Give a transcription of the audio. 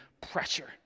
pressure